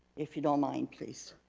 if you don't mind please,